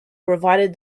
provided